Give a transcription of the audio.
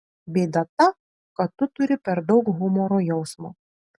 bėda ta kad tu turi per daug humoro jausmo